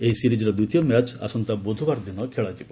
ଏହି ସିରିଜ୍ର ତୃତୀୟ ମ୍ୟାଚ୍ ଆସନ୍ତା ବୁଧବାର ଦିନ ଖେଳାଯିବ